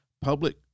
public